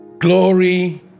Glory